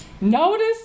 Notice